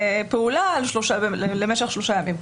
פיצול פעולה למשך שלושה ימים.